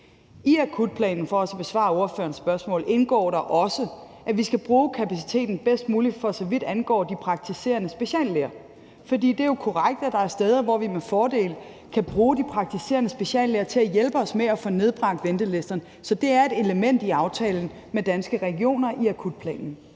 spørgsmål – indgår det også, at vi skal bruge kapaciteten bedst muligt, for så vidt angår de praktiserende speciallæger. For det er jo korrekt, at der er steder, hvor vi med fordel kan bruge de praktiserende speciallæger til at hjælpe os med at få nedbragt ventelisterne. Så det er et element i aftalen med Danske Regioner i akutplanen.